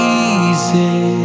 easy